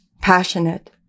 Passionate